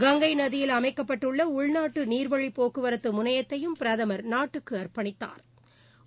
கங்கை நதியில் அமைக்கப்பட்டுள்ள உள்நாட்டு நீர்வழி போக்குவரத்து முணையத்தையும் பிரதமர் நாட்டுக்கு அர்ப்பணித்தாா்